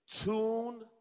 Tune